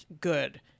good